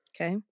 Okay